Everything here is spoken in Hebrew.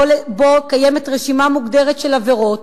שבו לגבי רשימה מוגדרת של עבירות,